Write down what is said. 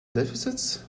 deficits